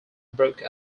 broke